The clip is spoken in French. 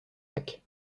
lacs